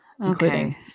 Including